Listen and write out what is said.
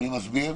מי מסביר?